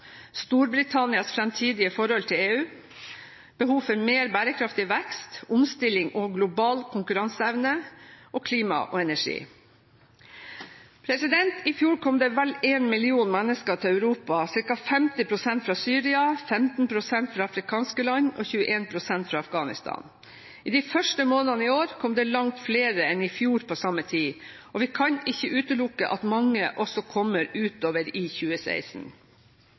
Storbritannias fremtidige forhold til EU behov for mer bærekraftig vekst, omstilling og global konkurranseevne klima og energi I fjor kom det vel 1 million mennesker til Europa; ca. 50 pst. fra Syria, 15 pst. fra afrikanske land og 21 pst. fra Afghanistan. I de første månedene i år kom det langt flere enn i fjor på samme tid, og vi kan ikke utelukke at mange også kommer utover i 2016.